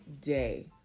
day